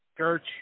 church